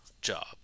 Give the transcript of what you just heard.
job